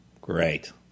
Great